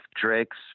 Drake's